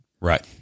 Right